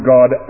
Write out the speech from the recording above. God